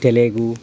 Telugu